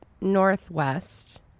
Northwest